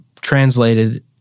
translated